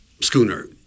schooner